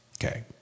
Okay